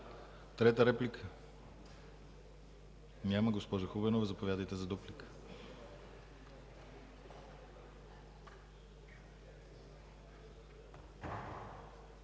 Трета реплика? Няма. Госпожо Хубенова, заповядайте за дуплика.